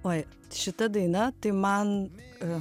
oi šita daina tai man